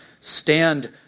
stand